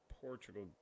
Portugal